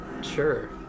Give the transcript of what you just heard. Sure